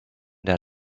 der